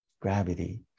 gravity